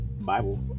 Bible